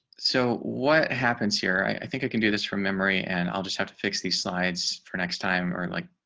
so what happens here. i think i can do this from memory. and i'll just have to fix the slides for next time or like